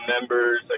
members